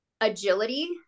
agility